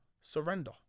surrender